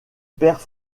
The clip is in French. pères